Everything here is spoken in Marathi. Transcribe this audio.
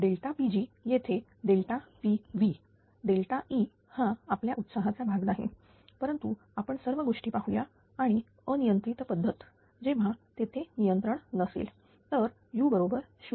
pg येथे pv E हा आपल्या उत्साहाचा भाग नाही परंतु आपण सर्व गोष्टी पाहू या आणि अनियंत्रित पद्धत जेव्हा तेथे नियंत्रण नसेल तर u बरोबर 0